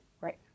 Right